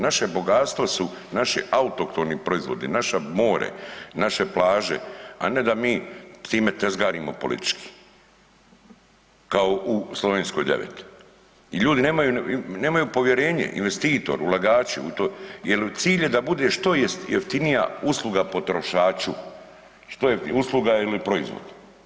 Naše bogatstvo su naši autohtoni proizvodi, naše more, naše plaže, a ne da mi time tezgarimo politički kao u Slovenskoj 9. I ljudi nemaju, nemaju povjerenje investitor, ulagači jer cilj je da bude što jeftinija usluga potrošaču, usluga ili proizvod.